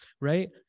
right